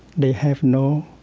they have no